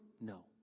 No